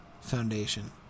foundation